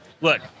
Look